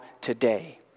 today